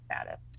status